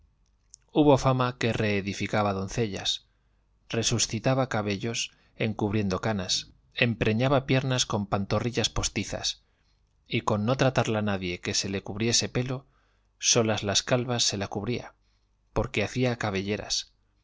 hubo fama que reedificaba doncellas resuscitaba cabellos encubriendo canas empreñaba piernas con pantorrillas postizas y con no tratarla nadie que se le cubriese pelo solas las calvas se la cubría porque hacía cabelleras